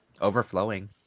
overflowing